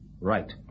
Right